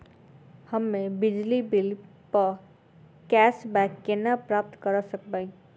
हम्मे बिजली बिल प कैशबैक केना प्राप्त करऽ सकबै?